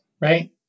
right